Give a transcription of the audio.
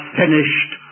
finished